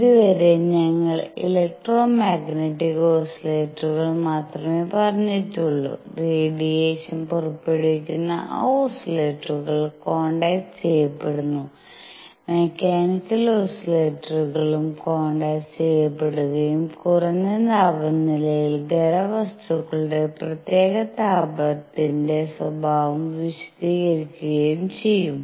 ഇതുവരെ ഞങ്ങൾ എലെക്ട്രോമാഗ്നെറ്റിക് ഓസിലേറ്ററുകൾ മാത്രമേ പറഞ്ഞിട്ടുള്ളൂ റേഡിയേഷൻ പുറപ്പെടുവിക്കുന്ന ആ ഓസിലേറ്ററുകൾ ക്വാണ്ടൈസ് ചെയ്യപ്പെടുന്നു മെക്കാനിക്കൽ ഓസിലേറ്ററുകളും ക്വാണ്ടൈസ് ചെയ്യപ്പെടുകയും കുറഞ്ഞ താപനിലയിൽ ഖരവസ്തുക്കളുടെ പ്രത്യേക താപത്തിന്റെ സ്വഭാവം വിശദീകരിക്കുകയും ചെയ്യും